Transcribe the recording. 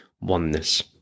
oneness